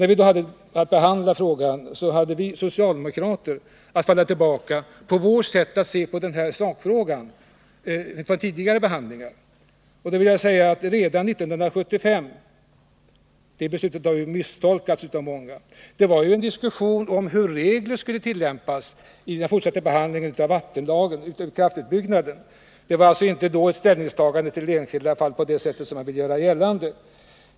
När vi behandlade frågan hade vi socialdemokrater att falla tillbaka på vårt ställningstagande i sakfrågan i tidigare behandlingar. Inför beslutet 1975 — det beslutet har misstolkats av många — fördes en diskussion om hur vattenlagens regler skulle tillämpas vid den fortsatta kraftutbyggnaden. Det innebär inte ett ställningstagande till det enskilda fallet på det sätt som man vill göra gällande.